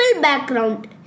background